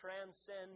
transcend